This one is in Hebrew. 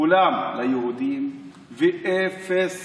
כולם ליהודים, ואפס